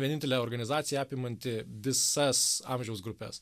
vienintelė organizacija apimanti visas amžiaus grupes